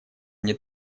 они